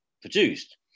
produced